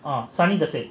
ah சனி திசை:sani theesai